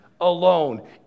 alone